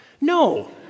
No